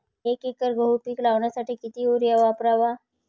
एक एकर गहू पीक लावण्यासाठी किती युरिया वापरावा?